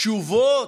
תשובות.